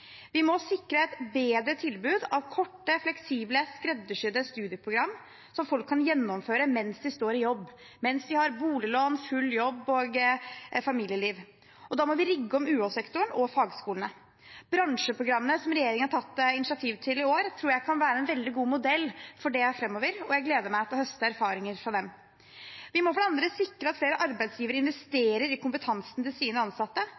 Vi må sikre et bedre tilbud av korte, fleksible, skreddersydde studieprogram som folk kan gjennomføre mens de står i jobb, mens de har boliglån, full jobb og et familieliv. Da må vi rigge om UH-sektoren og fagskolene. Bransjeprogrammet, som regjeringen har tatt initiativ til i år, tror jeg kan være en veldig god modell for det framover, og jeg gleder meg til å høste erfaringer fra den. Vi må for det andre sikre at flere arbeidsgivere investerer i kompetansen til sine ansatte,